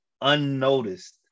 unnoticed